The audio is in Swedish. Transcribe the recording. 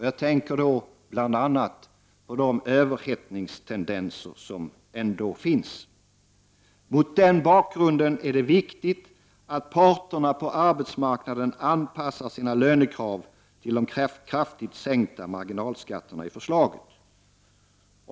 Jag tänker då bl.a. på de överhettningstendenser som finns. Mot den bakgrunden är det viktigt att parterna på arbetsmarknaden anpassar sina lönekrav till de kraftigt sänkta marginalskatterna i förslaget.